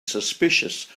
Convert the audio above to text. suspicious